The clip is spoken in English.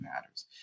matters